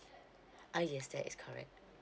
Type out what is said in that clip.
ah yes that is correct